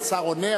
השר עונה,